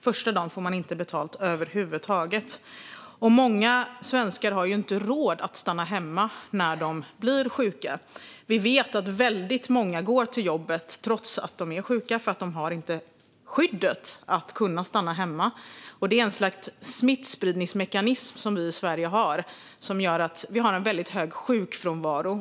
Första dagen får man inte betalt över huvud taget. Många svenskar har inte råd att stanna hemma när de blir sjuka. Vi vet att väldigt många går till jobbet trots att de är sjuka eftersom de inte har det skydd som gör att de kan stanna hemma. Det är ett slags smittspridningsmekanism som vi har i Sverige, som gör att vi har en väldigt hög sjukfrånvaro.